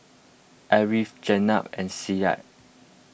Ariff Jenab and Syed